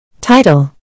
Title